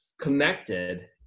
connected